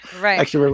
Right